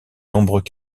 nombreux